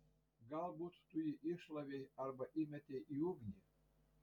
galbūt tu jį iššlavei arba įmetei į ugnį